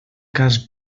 cas